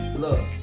Look